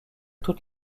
toute